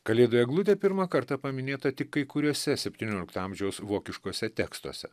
kalėdų eglutė pirmą kartą paminėta tik kai kuriuose septyniolikto amžiaus vokiškuose tekstuose